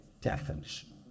definition